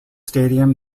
stadium